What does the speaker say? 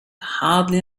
hardly